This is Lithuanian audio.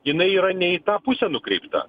jinai yra ne į tą pusę nukreipta